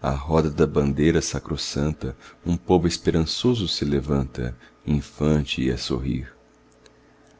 a roda da bandeira sacrossanta um povo esperançoso se levanta infante e a sorrir